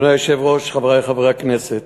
אדוני היושב-ראש, חברי חברי הכנסת,